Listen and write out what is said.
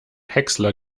häcksler